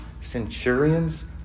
centurions